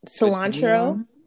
cilantro